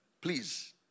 Please